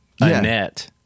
Annette